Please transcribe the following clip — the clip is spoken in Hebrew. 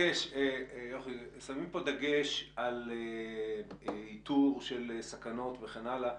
יוכי, שמים פה דגש על איתור של סכנות וכן הלאה.